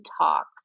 talk